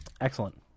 Excellent